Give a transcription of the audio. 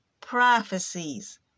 prophecies